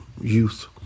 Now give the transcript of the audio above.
youth